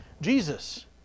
Jesus